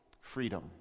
freedom